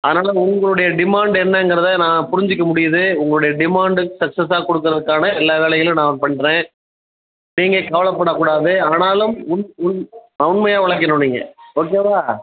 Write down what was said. அதனால் உங்களுடைய டிமாண்ட் என்னங்கிறதை நான் புரிஞ்சுக்க முடியுது உங்களுடைய டிமாண்டு சக்ஸஸாக கொடுக்கறதுக்கான எல்லா வேலைகளும் நான் பண்ணுறேன் நீங்கள் கவலப்படக்கூடாது ஆனாலும் உண்மையாக உழைக்கணும் நீங்கள் ஓகேவா